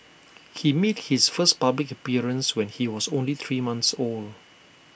he made his first public appearance when he was only three month old